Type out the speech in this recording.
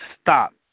stop